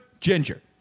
ginger